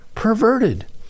perverted